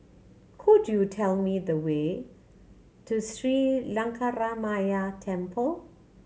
could you tell me the way to Sri Lankaramaya Temple